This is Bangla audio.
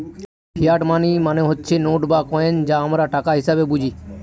ফিয়াট মানি মানে হচ্ছে নোট আর কয়েন যা আমরা টাকা হিসেবে বুঝি